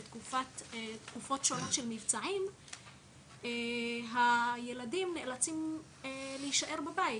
בתקופות שונות של מבצעים הילדים נאצלים להישאר בבית,